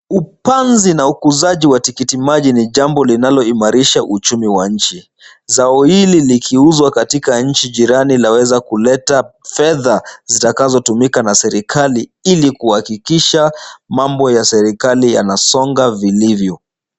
Upanzi na ukuzaji wa tikiti maji ni jambo linaloimarisha uchumi wa nchi. Zao hili likiuzwa katika nchi jirani laweza kuleta fedha, zitakazotumika na serikali ili kuhakikisha mambo ya serikali yanasonga vilivyo.